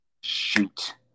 shoot